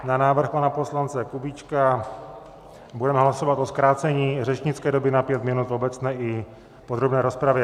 Na návrh pana poslance Kubíčka budeme hlasovat o zkrácení řečnické doby na pět minut v obecné i podrobné rozpravě.